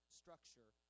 structure